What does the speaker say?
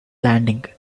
landing